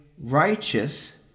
righteous